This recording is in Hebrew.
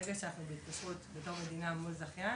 ברגע שאנחנו בהתקשרות בתור מדינה מול זכיין,